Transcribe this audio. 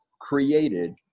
created